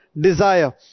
desire